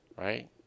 right